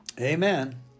Amen